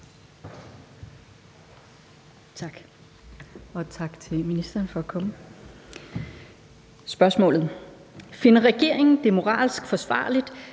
Tak, og tak til ministeren for at komme. Spørgsmålet er: Finder regeringen det moralsk forsvarligt,